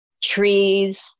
Trees